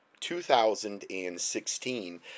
2016